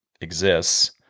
exists